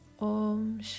om